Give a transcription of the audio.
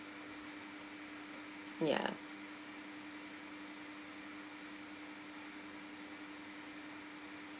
ya